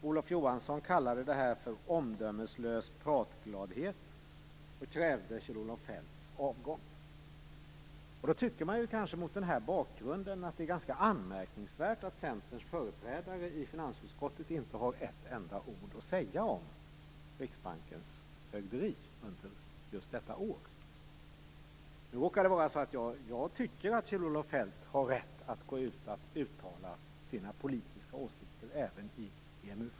Olof Johansson kallade det för omdömeslös pratgladhet och krävde Mot den bakgrunden är det ganska anmärkningsvärt att Centerns företrädare i finansutskottet inte har ett enda ord att säga om Riksbankens fögderi just detta år. Nu råkar det vara så att jag tycker att Kjell Olof Feldt har rätt att uttala sina politiska åsikter, även i EMU-frågan.